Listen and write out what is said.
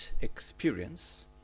Experience